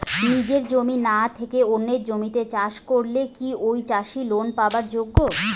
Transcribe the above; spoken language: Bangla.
নিজের জমি না থাকি অন্যের জমিত চাষ করিলে কি ঐ চাষী লোন পাবার যোগ্য?